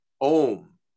Om